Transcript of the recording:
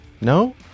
No